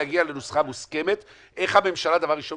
להגיע לנוסחה מוסכמת איך הממשלה דבר ראשון